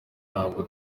ntabwo